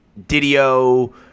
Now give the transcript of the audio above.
Didio